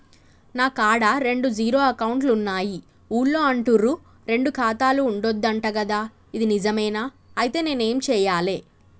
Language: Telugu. నా కాడా రెండు జీరో అకౌంట్లున్నాయి ఊళ్ళో అంటుర్రు రెండు ఖాతాలు ఉండద్దు అంట గదా ఇది నిజమేనా? ఐతే నేనేం చేయాలే?